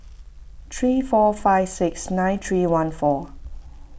three four five six nine three one four